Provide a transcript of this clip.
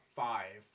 five